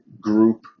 group